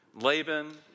Laban